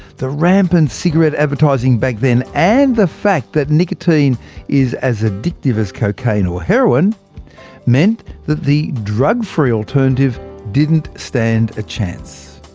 the rampant cigarette advertising back then and the fact that nicotine is as addictive as cocaine or heroin meant the the drug-free alternative didn't stand a chance.